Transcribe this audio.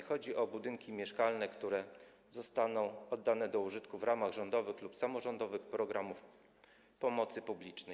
Chodzi o budynki mieszkalne, które zostaną oddane do użytku w ramach rządowych lub samorządowych programów pomocy publicznej.